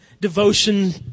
devotion